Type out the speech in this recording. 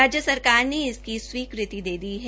राज्य सरकार ने इसकी स्वीकृति दे दी है